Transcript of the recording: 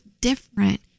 different